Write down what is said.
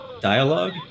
dialogue